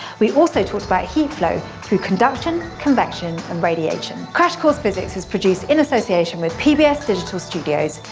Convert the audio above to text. we also talked about heat flow through conduction, convection, and radiation. crash course physics is produced in association with pbs digital studios.